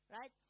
right